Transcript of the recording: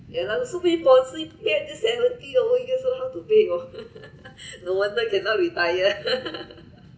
yah lah seventy over years old how to pay oh no wonder cannot retire